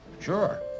sure